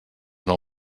nou